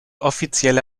offizielle